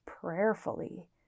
prayerfully